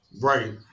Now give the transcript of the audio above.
Right